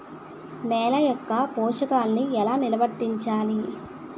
నెల యెక్క పోషకాలను ఎలా నిల్వర్తించాలి